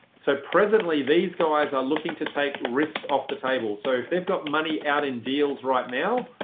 so presently, these guys are looking to take risk off the table. so if they've got money out in deals right now,